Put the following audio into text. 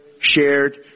shared